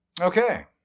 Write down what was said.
Okay